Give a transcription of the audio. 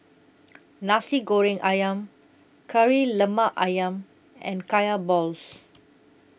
Nasi Goreng Ayam Kari Lemak Ayam and Kaya Balls